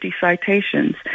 citations